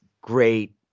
Great